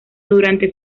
durante